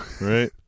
Right